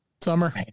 Summer